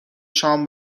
شام